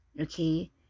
okay